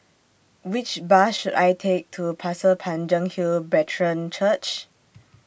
Which Bus should I Take to Pasir Panjang Hill Brethren Church